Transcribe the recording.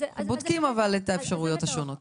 אבל בודקים את האפשרויות השונות.